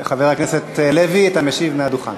חבר הכנסת לוי, אתה משיב מהדוכן.